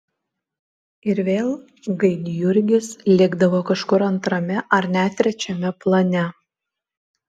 ir vėl gaidjurgis likdavo kažkur antrame ar net trečiame plane